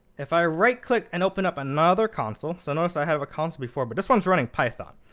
if i right click and open up another console, so notice i have accounts before. but this one is running python.